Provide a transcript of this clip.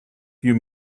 few